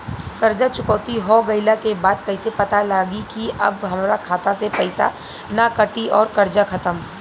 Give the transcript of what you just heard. कर्जा चुकौती हो गइला के बाद कइसे पता लागी की अब हमरा खाता से पईसा ना कटी और कर्जा खत्म?